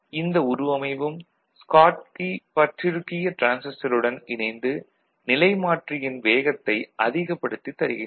இந்த உருவமைவும் ஸ்காட்கி பற்றிறுக்கிய டிரான்சிஸ்டருடன் இணைந்து நிலைமாற்றியின் வேகத்தை அதிகப்படுத்தித் தருகின்றன